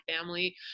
family